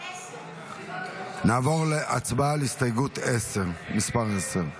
10. נעבור להצבעה על הסתייגות מס' 10. הסתייגות 10 לא נתקבלה.